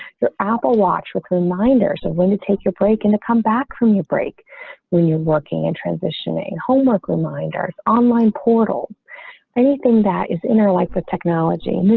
for apple watch with reminders of when to take your break and come back from your break when you're working and transitioning homework reminders online portal. or anything that is inner life with technology,